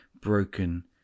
broken